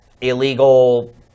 illegal